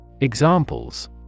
Examples